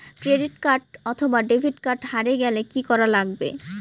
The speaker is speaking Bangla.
ক্রেডিট কার্ড অথবা ডেবিট কার্ড হারে গেলে কি করা লাগবে?